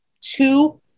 two